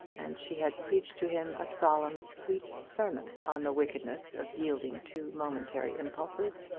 and she had preached to him a solemn, sweet sermon on the wickedness of yielding to momentary impulses.